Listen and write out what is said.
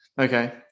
Okay